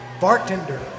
Bartender